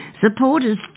Supporters